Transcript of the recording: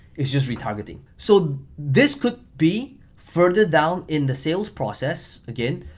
it's just retargeting. so this could be further down in the sales process again.